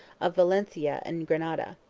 of valencia and grenada.